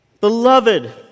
Beloved